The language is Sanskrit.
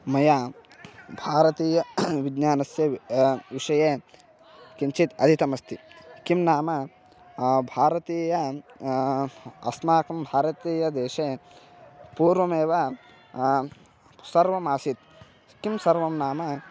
मया भारतीय विज्ञानस्य विषये किञ्चित् अधीतमस्ति किं नाम भारतीय अस्माकं भारतीयदेशे पूर्वमेव सर्वमासीत् किं सर्वं नाम